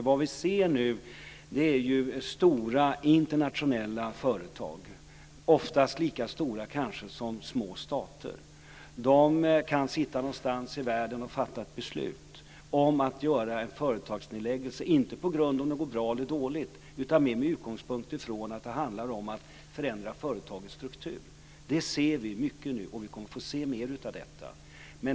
Vad vi nu ser är stora internationella företag, oftast lika stora som små stater, som sitter någonstans i världen och fattar beslut om att göra företagsnedläggelser, inte på grund av att det går bra eller dåligt utan mer med utgångspunkt från att det handlar om att förändra företagens struktur. Det ser vi mycket nu, och vi kommer att få se mer av detta.